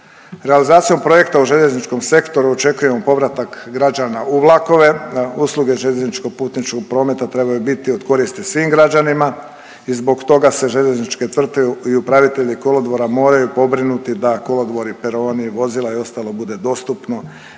Realizacijom projekta u željezničkom sektoru očekujemo povratak građana u vlakove. Usluge željezničkog putničkog prometa trebaju biti od koristi svim građanima i zbog toga se željezničke tvrtke i upravitelji kolodvora moraju pobrinuti da kolodvori, peroni, vozila i ostalo bude dostupno